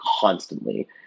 constantly